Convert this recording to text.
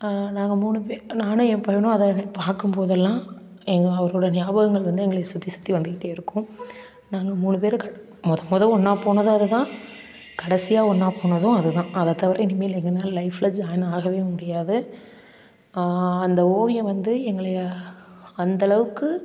நாங்கள் மூணு பே நானும் என் பையனும் அதை வந்து பார்க்கும்போதெல்லாம் எங்களுக்கு அவரோடய ஞாபகங்கள் வந்து எங்களை சுற்றி சுற்றி வந்துக்கிட்டே இருக்கும் நாங்கள் மூணு பேரு கட் மொத மொத ஒன்னா போனதும் அது தான் கடைசியா ஒன்னா போனதும் அது தான் அதை தவிர இனிமேல் எங்கனால் லைஃப்பில் ஜாயின் ஆகவே முடியாது அந்த ஓவியம் வந்து எங்களை அந்தளவுக்கு